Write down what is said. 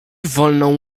wolną